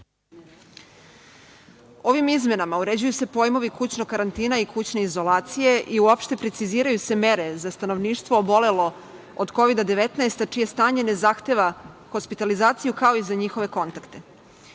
Ovim izmenama uređuju se pojmovi kućnog karantina i kućne izolacije i uopšte preciziraju se mere za stanovništvo obolelo od Kovida 19, a čije stanje ne zahteva hospitalizaciju, kao za njihove kontakte. Zakon